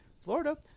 Florida